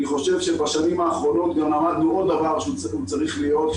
בשנים האחרונות למדנו עוד דבר שצריך להיות.